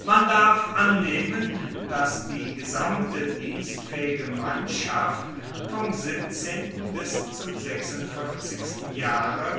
man darf annehmen dass die gesamte dienstfaehige mannschaft vom bis zum jahre